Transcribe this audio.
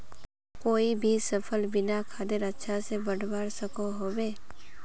कोई भी सफल बिना खादेर अच्छा से बढ़वार सकोहो होबे?